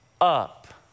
up